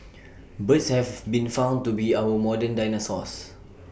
birds have been found to be our modern dinosaurs